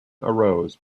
arose